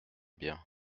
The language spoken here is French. bien